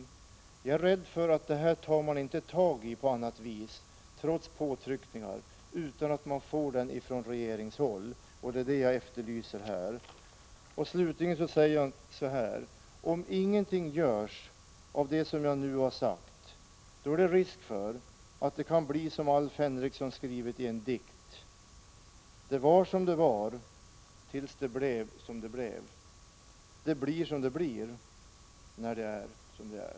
Jag är rädd för att man — trots påtryckningar — inte kan få grepp om dessa frågor på annat vis än från regeringshåll, och jag efterlyser en sådan aktion. Slutligen vill jag säga att om ingenting görs av det som jag nu sagt är det risk för att det blir som Alf Henrikson skrivit i en dikt: Det var som det var tills det blev som det blev. Det blir som det blir när det är som det är.